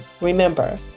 remember